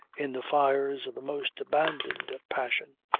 in the fires of the most abandoned passion.